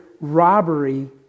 robbery